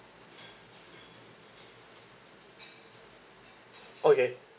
okay